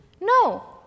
no